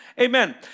Amen